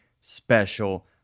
special